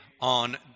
on